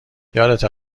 یادته